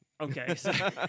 okay